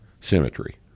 symmetry